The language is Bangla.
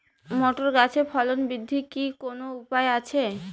মোটর গাছের ফলন বৃদ্ধির কি কোনো উপায় আছে?